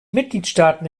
mitgliedstaaten